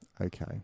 Okay